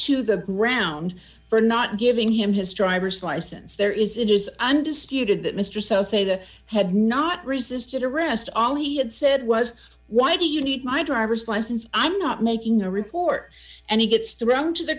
to the ground for not giving him his driver's license there is it is undisputed that mr so say they had not resisted arrest all he had said was why do you need my driver's license i'm not making a report and he gets thrown to the